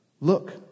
Look